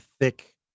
thick